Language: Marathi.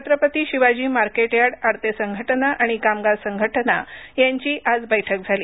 छत्रपती शिवाजी मार्केटयार्ड आडतेसंघटना आणि कामगार संघटना यांची आज बैठक झाली